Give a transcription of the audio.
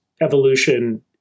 evolution